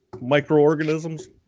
microorganisms